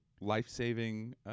life-saving